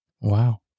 Wow